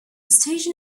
station